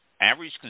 average